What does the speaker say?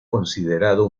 considerado